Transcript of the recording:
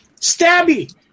Stabby